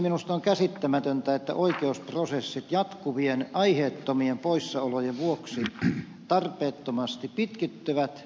minusta on käsittämätöntä että oikeusprosessit jatkuvien aiheettomien poissaolojen vuoksi tarpeettomasti pitkittyvät